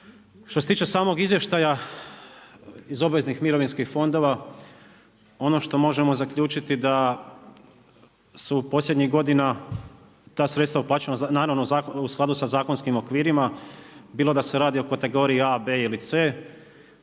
Što se tiče samog izvještaja iz obveznih mirovinskih fondova ono što možemo zaključiti da su posljednjih godina ta sredstva uplaćena, naravno u skladu sa zakonskim okvirima, bilo da se radi o kategoriji A, B ili C.